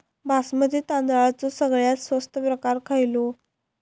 बासमती तांदळाचो सगळ्यात स्वस्त प्रकार खयलो?